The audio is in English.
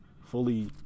fully